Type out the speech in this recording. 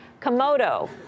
Komodo